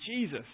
Jesus